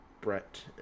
Brett